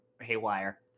haywire